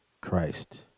Christ